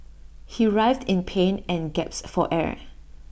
he writhed in pain and gasped for air